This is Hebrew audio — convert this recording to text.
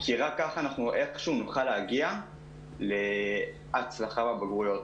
כי רק כך אנחנו איכשהו נוכל להגיע להצלחה בבגרויות.